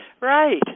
Right